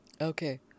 Okay